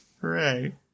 Hooray